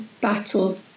battle